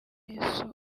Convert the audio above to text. yesu